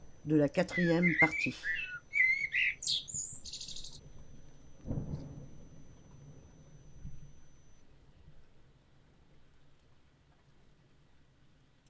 et la partie